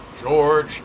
george